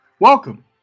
Welcome